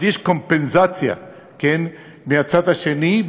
אז יש קומפנסציה מהצד השני,